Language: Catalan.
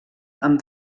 amb